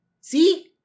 See